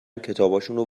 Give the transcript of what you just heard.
کتابشونو